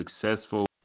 successful